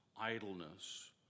idleness